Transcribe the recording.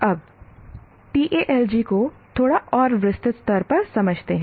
अब TALG को थोड़ा और विस्तृत स्तर पर समझते हैं